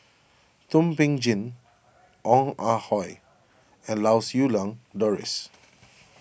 Thum Ping Tjin Ong Ah Hoi and Lau Siew Lang Doris